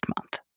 month